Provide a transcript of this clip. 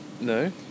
no